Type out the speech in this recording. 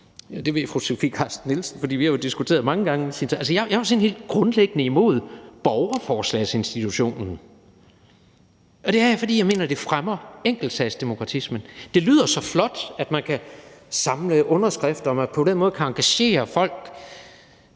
det ved fru Sofie Carsten Nielsen, fordi vi jo har diskuteret det mange gange, sådan helt grundlæggende er imod borgerforslagsinstitutionen, og det er jeg, fordi jeg mener, at det fremmer enkeltsagsdemokratismen. Det lyder så flot, at man kan samle underskrifter, og at man på den måde kan engagere folk,